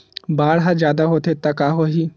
बाढ़ ह जादा होथे त का होही?